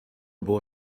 było